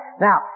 Now